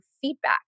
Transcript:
feedback